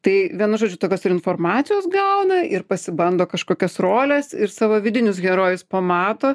tai vienu žodžiu tokios ir informacijos gauna ir pasibando kažkokias roles ir savo vidinius herojus pamato